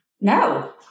No